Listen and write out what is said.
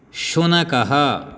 शुनकः